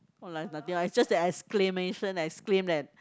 !walao! is nothing loh just an exclamation exclaim that